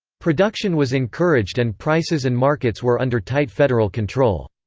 production was encouraged and prices and markets were under tight federal control.